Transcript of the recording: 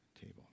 table